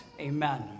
Amen